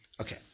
Okay